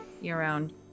year-round